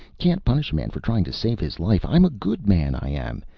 can't punish a man for trying to save his life. i'm a good man, i am.